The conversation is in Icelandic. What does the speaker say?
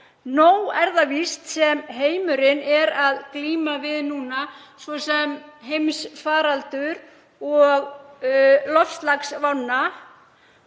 Nóg er það víst sem heimurinn er að glíma við núna, svo sem heimsfaraldur og loftslagsvá,